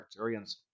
Arcturians